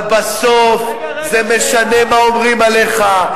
אבל בסוף זה משנה מה אומרים עליך,